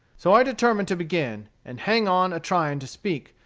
so i determined to begin and hang on a-trying to speak,